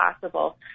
possible